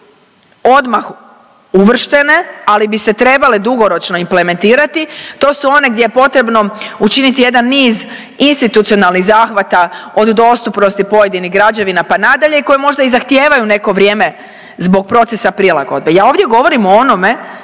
odmah uvrštene, ali bi se trebale dugoročno implementirati, to su one gdje je potrebno učiniti jedan niz institucionalnih zahvata od dostupnosti pojedinih građevina pa nadalje i koji možda i zahtijevaju neko vrijeme zbog procesa prilagodbe. Ja ovdje govorim o onome